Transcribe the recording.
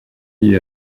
liés